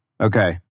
Okay